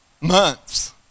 months